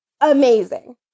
amazing